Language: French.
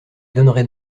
donnerai